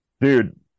Dude